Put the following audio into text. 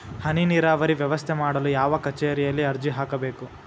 ಹನಿ ನೇರಾವರಿ ವ್ಯವಸ್ಥೆ ಮಾಡಲು ಯಾವ ಕಚೇರಿಯಲ್ಲಿ ಅರ್ಜಿ ಹಾಕಬೇಕು?